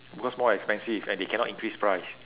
because more expensive and they cannot increase price